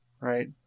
right